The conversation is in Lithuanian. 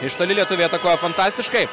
iš toli lietuviai atakuoja fantastiškai